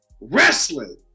wrestling